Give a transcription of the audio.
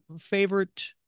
favorite